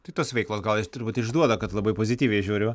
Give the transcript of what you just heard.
tai tos veiklos gal jos turbūt išduoda kad labai pozityviai žiūriu